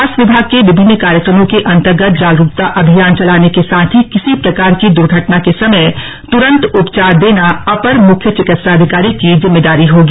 स्वास्थ्य विभाग के विभिन्न कार्यक्रमों के अन्तर्गत जागरूकता अभियान चलाने के साथ ही किसी प्रकार की दुर्घटना के समय तुरन्त उपचार देना अपर मुख्य चिकित्साधिकारी की जिम्मेदारी होगी